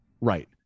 Right